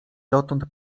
dotąd